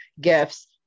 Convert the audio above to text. gifts